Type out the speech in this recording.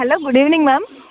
hello good evening ma'am